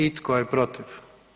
I tko je protiv?